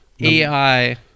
AI